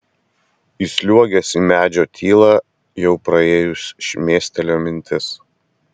įsliuogęs į medžio tylą jau praėjus šmėstelėjo mintis